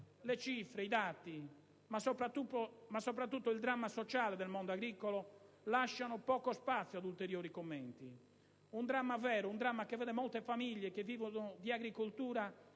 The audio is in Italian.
Le cifre, i dati, ma soprattutto il dramma sociale del mondo agricolo lasciano poco spazio ad ulteriori commenti. Un dramma vero, un dramma che vede molte famiglie che vivono di agricoltura